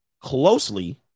closely